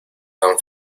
tan